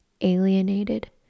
alienated